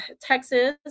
texas